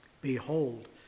Behold